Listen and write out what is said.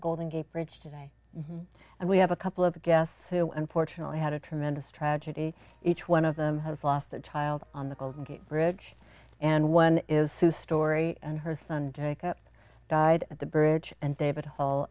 golden gate bridge today and we have a couple of guests who unfortunately had a tremendous tragedy each one of them has lost a child on the golden gate bridge and one is story and her son jake up died at the bridge and david hall